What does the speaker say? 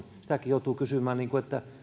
joutuu kysymään että